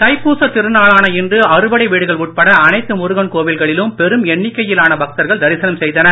தைப்பூசத் திருநாளான இன்று அறுபடை வீடுகள் உட்பட அனைத்து முருகன் கோவில்களிலும் பெரும் எண்ணிக்கையிலான பக்தர்கள் தரிசனம் செய்தனர்